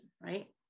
right